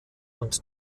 und